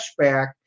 flashback